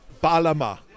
Balama